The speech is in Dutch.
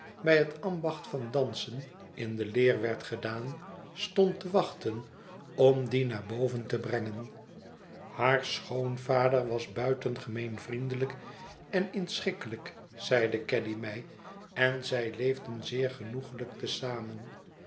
bij het ambacht van dansen in de leer werd gedaan stond te wachten om die naar boven te brengen haar schoonvader was buitengemeen vriendelijk en inschikkelijk zeide caddy mij en zij leefden zeer genoeglijk te zamen